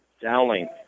Dowling